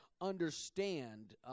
understand